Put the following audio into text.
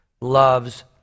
loves